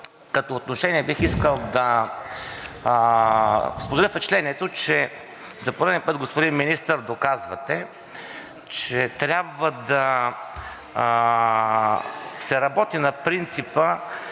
като отношение бих искал да споделя впечатлението, че за пореден път, господин Министър, доказвате, че трябва да се работи на принципа: